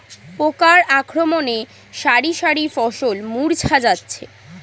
পোকার আক্রমণে শারি শারি ফসল মূর্ছা যাচ্ছে